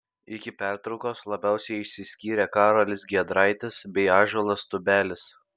iki pertraukos labiausiai išsiskyrė karolis giedraitis bei ąžuolas tubelis